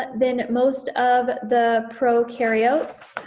than most of the prokaryotes.